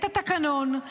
את התקנון,